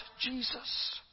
Jesus